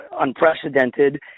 unprecedented